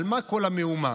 על מה כל המהומה.